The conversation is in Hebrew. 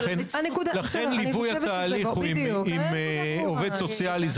ליווי התהליך הוא עם עובד סוציאלי.